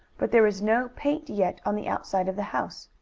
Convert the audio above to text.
but there was no paint yet on the outside of the house.